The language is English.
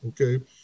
okay